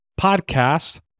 podcast